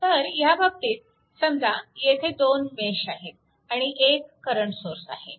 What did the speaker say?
तर ह्या बाबतीत समजा येथे 2 मेश आहेत आणि एक करंट सोर्स आहे